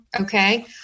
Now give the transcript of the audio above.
Okay